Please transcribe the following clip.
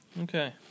Okay